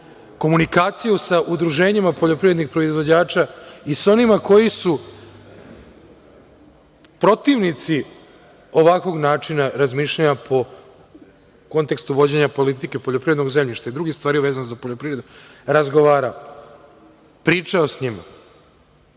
komunikaciju sa udruženjima poljoprivrednih proizvođača i sa onima koji su protivnici ovakvog načina razmišljanja po kontekstu vođenja politike poljoprivrednog zemljišta, i druge stvari vezane za poljoprivredu, razgovarao, pričao sa njima.